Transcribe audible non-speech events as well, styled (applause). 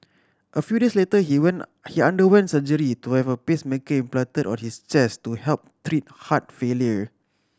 a few days later he (unintelligible) underwent surgery to have a pacemaker implanted in his chest to help treat heart failure